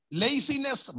laziness